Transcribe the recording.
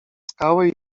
skałę